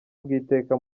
bw’iteka